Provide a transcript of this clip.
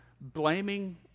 blaming